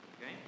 Okay